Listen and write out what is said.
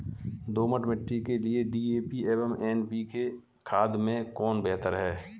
दोमट मिट्टी के लिए डी.ए.पी एवं एन.पी.के खाद में कौन बेहतर है?